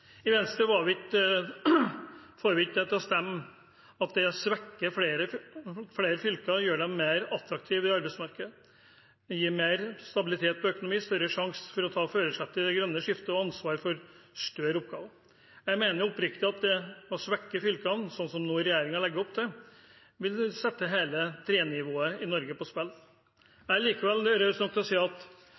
I Venstre får vi det ikke til å stemme at det å svekke flere fylker gjør dem mer attraktive i arbeidsmarkedet, at det gir dem mer stabilitet i økonomien, større sjanse for å ta førersetet i det grønne skiftet og ansvar for større oppgaver. Jeg mener oppriktig at det å svekke fylkene, slik regjeringen nå legger opp til, vil sette hele det tredelte nivået i Norge på spill. Jeg er likevel raus nok til å si at